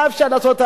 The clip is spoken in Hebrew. מה אפשר לעשות?